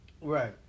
right